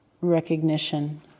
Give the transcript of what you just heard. recognition